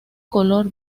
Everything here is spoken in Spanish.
color